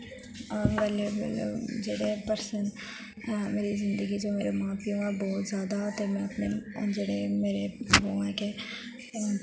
valuable जेह्ड़े person ऐ मेरी जिंदगी च ओ मेरे मां प्यो दा बहुत जादा ते में अपने जेह्ड़े मेरे ओह् ऐ के